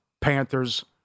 Panthers